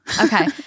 Okay